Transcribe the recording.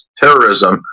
terrorism